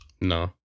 No